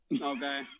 Okay